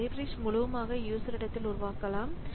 இந்த லைப்ரரிஸ் முழுவதுமாக யூசர் இடத்தில் உருவாக்கலாம்